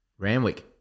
Ramwick